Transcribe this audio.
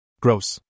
Gross